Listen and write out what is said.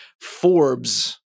Forbes